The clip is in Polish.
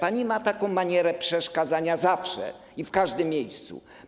Pani ma taką manierę przeszkadzania zawsze i w każdym miejscu.